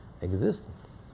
existence